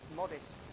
modest